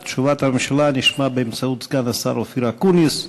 את תשובת הממשלה נשמע באמצעות סגן השר אופיר אקוניס,